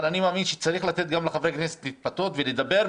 אבל אני מאמין שצריך לתת גם לחברי הכנסת להתבטא ולדבר,